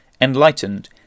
enlightened